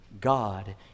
God